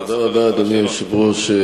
תודה רבה, אדוני היושב-ראש.